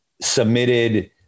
submitted